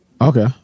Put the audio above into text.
Okay